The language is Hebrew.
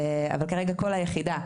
כרגע כל היחידה,